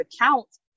accounts